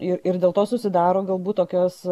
ir ir dėl to susidaro galbūt tokios